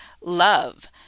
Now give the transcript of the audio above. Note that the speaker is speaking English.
love